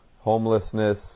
homelessness